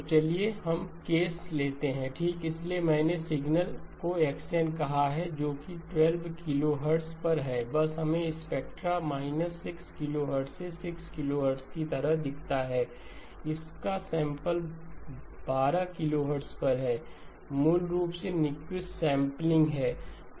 तो चलिए हम केस लेते हैं ठीक इसलिए मैंने सिग्नल को x n कहा है जो कि 12 किलोहर्ट्ज़ पर है बस हमें स्पेक्ट्रम 6kHz से 6 kHz की तरह दिखता है इसका सैंपल 12 किलोहर्ट्ज़ पर है मूल रूप से न्यूक्विस्ट सैंपलिंग है